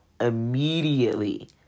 immediately